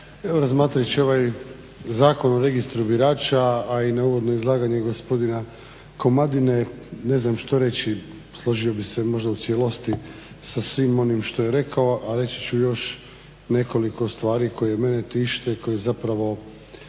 Evo razmatrajući ovaj Zakon o registru birača, a i na uvodno izlaganje gospodina Komadine ne znam što reći. Složio bih se možda u cijelosti sa svim onim što je rekao, a reći ću još nekoliko stvari koje mene tište i koje zapravo